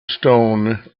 stone